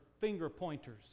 finger-pointers